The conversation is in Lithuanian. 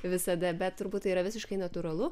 visada bet turbūt tai yra visiškai natūralu